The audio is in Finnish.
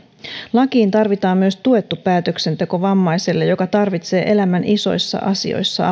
lakiin tarvitaan myös tuettu päätöksenteko vammaiselle joka tarvitsee apua päätöksentekoon elämän isoissa asioissa